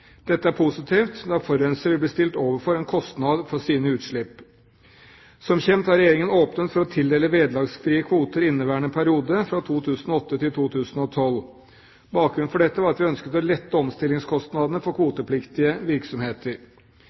Dette er positivt, da forurenser vil bli stilt overfor en kostnad for sine utslipp. Som kjent har Regjeringen åpnet for å tildele vederlagsfrie kvoter i inneværende periode, fra 2008 til 2012. Bakgrunnen for dette var at vi ønsket å lette omstillingskostnadene for kvotepliktige virksomheter.